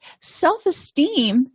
Self-esteem